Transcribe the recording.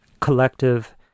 collective